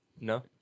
No